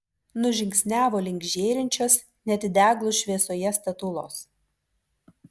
nužingsniavo link žėrinčios net deglų šviesoje statulos